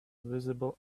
visible